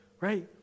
right